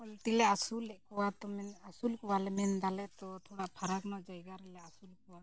ᱯᱚᱞᱴᱨᱤᱞᱮ ᱟᱹᱥᱩᱞᱮᱫ ᱠᱚᱣᱟ ᱛᱚ ᱢᱮᱱ ᱟᱹᱥᱩᱞ ᱠᱚᱣᱟᱞᱮ ᱢᱮᱱ ᱫᱟᱞᱮ ᱛᱚ ᱛᱷᱚᱲᱟ ᱯᱷᱟᱨᱟᱠ ᱧᱚᱜ ᱡᱟᱭᱜᱟ ᱨᱮᱞᱮ ᱟᱹᱥᱩᱞ ᱠᱚᱣᱟ